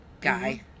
Guy